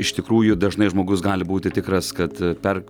iš tikrųjų dažnai žmogus gali būti tikras kad per